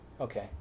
Okay